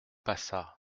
passa